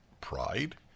pride